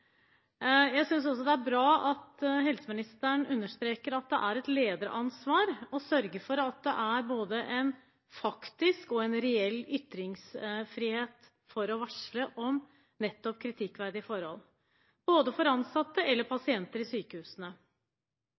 Jeg synes også det er bra at helseministeren understreker at det er et lederansvar å sørge for at det er både en faktisk og en reell ytringsfrihet for å varsle nettopp om kritikkverdige forhold, både for ansatte og pasienter ved sykehusene.